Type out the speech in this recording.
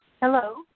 Hello